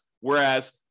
Whereas